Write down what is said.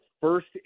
first